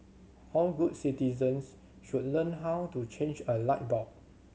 all good citizens should learn how to change a light bulb